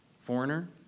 foreigner